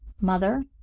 Mother